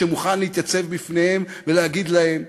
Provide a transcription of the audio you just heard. שמוכן להתייצב בפניהם ולהגיד להם: